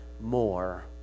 more